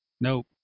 nope